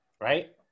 right